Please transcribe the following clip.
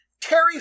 Terry